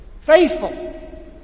Faithful